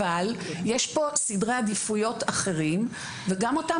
אבל יש פה סדרי עדיפויות אחרים וגם אותם